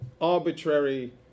arbitrary